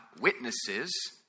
witnesses